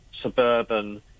suburban